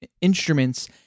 instruments